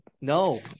no